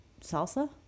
salsa